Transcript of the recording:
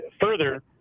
further